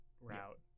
route